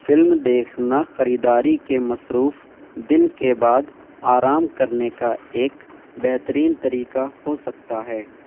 film دیکھنا خریداری کے مصروف دن کے بعد آرام کرنے کا ایک بہترین طریقہ ہو سکتا ہے